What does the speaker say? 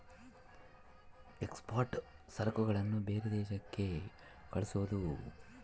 export ಸರಕುಗಳನ್ನ ಬೇರೆ ದೇಶಕ್ಕೆ ಕಳ್ಸೋದು